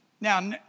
Now